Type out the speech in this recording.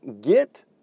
get